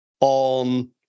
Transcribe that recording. on